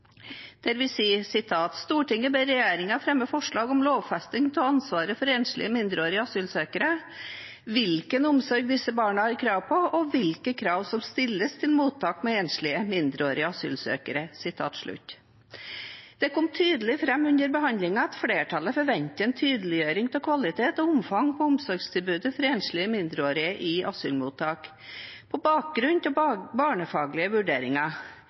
der vi sier: «Stortinget ber regjeringen fremme forslag om lovfesting av ansvaret for enslige mindreårige asylsøkere, hvilken omsorg disse barna har krav på og hvilke krav som stilles til mottak med enslige mindreårige asylsøkere.» Det kom tydelig fram under behandlingen at flertallet forventet en tydeliggjøring av kvalitet og omfang på omsorgstilbudet for enslige mindreårige i asylmottak, på bakgrunn av barnefaglige vurderinger.